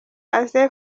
aze